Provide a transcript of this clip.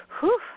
whew